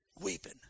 Weeping